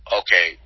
okay